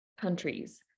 countries